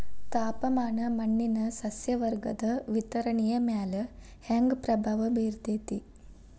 ತಾಪಮಾನ ಮಣ್ಣಿನ ಸಸ್ಯವರ್ಗದ ವಿತರಣೆಯ ಮ್ಯಾಲ ಹ್ಯಾಂಗ ಪ್ರಭಾವ ಬೇರ್ತದ್ರಿ?